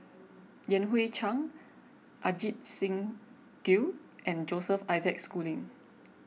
Yan Hui Chang Ajit Singh Gill and Joseph Isaac Schooling